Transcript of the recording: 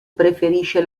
preferisce